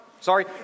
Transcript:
sorry